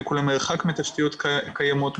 משיקולי מרחק מתשתיות קיימות,